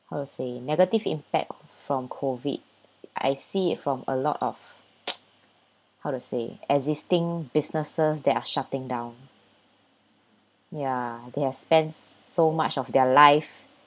how to say negative impact from COVID I see from a lot of how to say existing businesses that are shutting down ya they have spent so much of their life